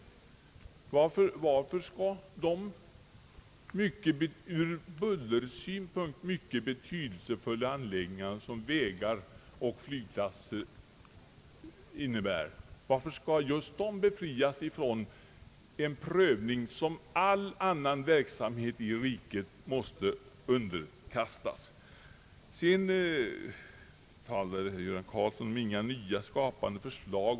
Varför skall just de ur bullersynpunkt mycket betydelsefulla anläggningar, som vägar och flygplatser utgör, befrias från en prövning som all annan verksamhet i riket måste underkastas? Herr Göran Karlsson sade sedan att vi från vårt håll inte kommit med några nya, skapande förslag.